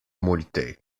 multe